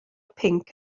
pinc